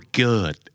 good